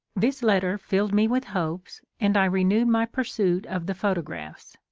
this letter filled me with hopes, and i re newed my pursuit of the photographs.